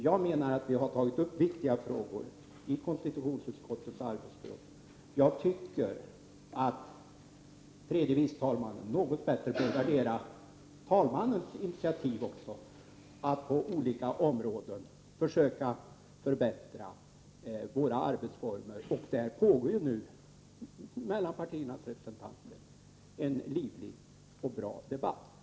Jag menar att vi i konstitutionsutskottets arbete har tagit upp viktiga frågor, och jag tycker att tredje vice talmannen något högre kunde värdera talmannens initiativ att på olika områden försöka förbättra våra arbetsformer. Där pågår ju nu mellan partiernas representanter en livlig och bra debatt.